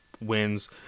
wins